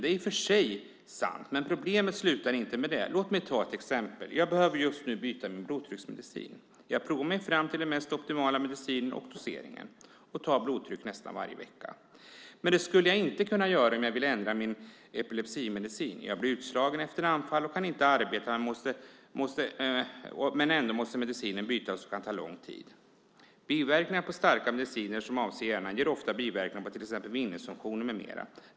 Det är i och för sig sant. Men problemet slutar inte med det. Låt mig ta ett exempel. Jag behöver just nu byta min blodtrycksmedicin. Jag provar mig fram till den mest optimala medicinen och doseringen och tar blodtryck nästan varje vecka. Men det skulle jag inte kunna göra om jag vill ändra min epilepsimedicin. Jag blir utslagen efter anfall och kan inte arbeta. Men ändå måste medicinen bytas, och det kan ta lång tid. Biverkningar av starka mediciner som avser hjärnan ger ofta biverkningar på till exempel minnesfunktioner med mera.